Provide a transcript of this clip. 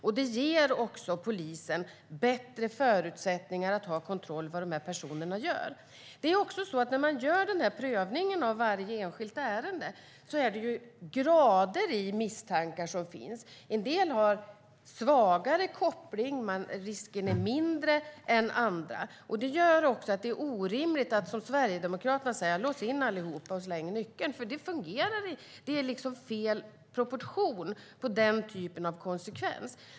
Anmälningsplikten ger polisen bättre förutsättningar att ha kontroll på vad de här personerna gör. I varje enskilt ärende som prövas finns det olika grader av misstankar. En del har svagare koppling, och risken är mindre än för andra. Det gör att det är orimligt att som Sverigedemokraterna säga: Lås in allihop och släng nyckeln! Det fungerar inte, och det är fel proportion på den typen av konsekvens.